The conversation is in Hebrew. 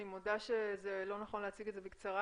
אני מודה שלא נכון להציג את זה בקצרה,